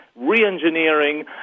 re-engineering